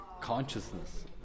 consciousness